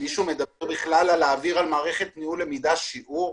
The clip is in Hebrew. מישהו מדבר בכלל על להעביר על מערכת ניהול למידה שיעור?